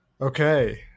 okay